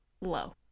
low